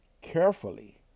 carefully